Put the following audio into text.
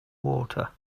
water